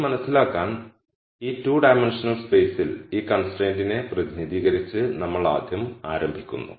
ഇത് മനസിലാക്കാൻ ഈ 2 ഡൈമൻഷണൽ സ്പേസിൽ ഈ കൺസ്ട്രെന്റിനെ പ്രതിനിധീകരിച്ച് നമ്മൾ ആദ്യം ആരംഭിക്കുന്നു